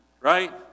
Right